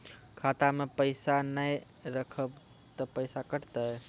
खाता मे पैसा ने रखब ते पैसों कटते?